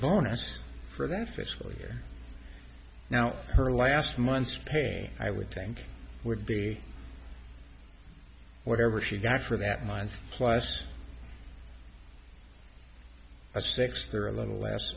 bonus for that fiscal year now her last month's pay me i would think would be whatever she got for that month plus a sixth or a little less